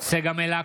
צגה מלקו,